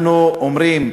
אנחנו אומרים: